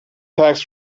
packs